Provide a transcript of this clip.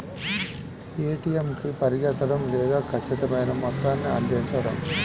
ATM కి పరిగెత్తడం లేదా ఖచ్చితమైన మొత్తాన్ని అందించడం